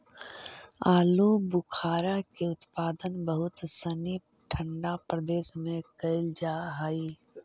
आलूबुखारा के उत्पादन बहुत सनी ठंडा प्रदेश में कैल जा हइ